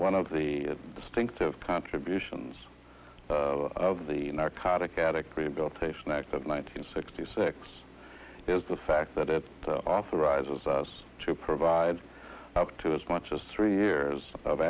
one of the distinctive contributions of the narcotic addict rehabilitation act of nine hundred sixty six is the fact that it authorizes us to provide up to as much as three years of